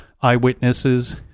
eyewitnesses